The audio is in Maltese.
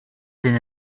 din